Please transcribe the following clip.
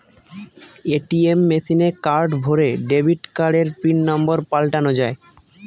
ATM মেশিনে card ভোরে debit কার্ডের পিন নম্বর পাল্টানো যায়